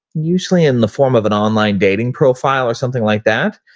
usually in the form of an online dating profile or something like that,